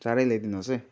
चाँडै ल्याइदिनुहोस् है